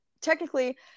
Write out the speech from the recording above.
technically